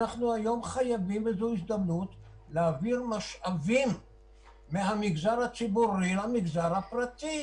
אנחנו חייבים היום להעביר משאבים מהמגזר הציבורי למגזר הפרטי.